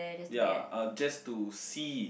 ya just to see